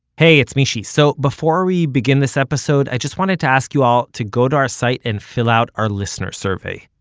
hey, it's mishy. so before we begin this episode, i just wanted to ask you to go to our site and fill out our listener survey.